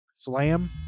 slam